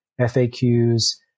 FAQs